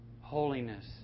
holiness